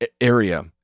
area